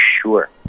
Sure